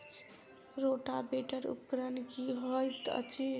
Rotavator उपकरण की हएत अछि?